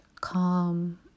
calm